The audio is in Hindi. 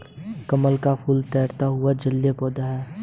कमल का फूल तैरता हुआ जलीय पौधा है